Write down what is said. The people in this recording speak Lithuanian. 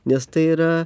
nes tai yra